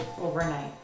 overnight